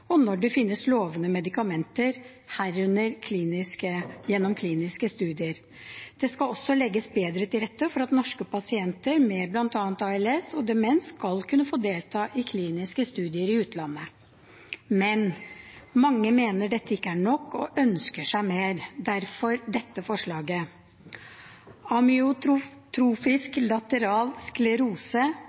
og når det finnes lovende medikamenter, herunder gjennom kliniske studier. Det skal også legges bedre til rette for at norske pasienter med bl.a. ALS og demens skal kunne få delta i kliniske studier i utlandet. Men mange mener dette ikke er nok og ønsker seg mer – derfor dette forslaget. Amyotrofisk lateral sklerose,